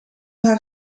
haar